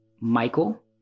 michael